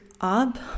up